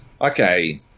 Okay